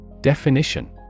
Definition